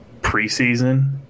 preseason